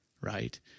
right